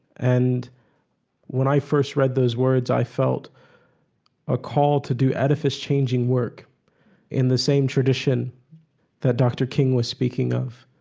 and when i first read those words i felt a call to do edifice-changing work in the same tradition that dr. king was speaking of.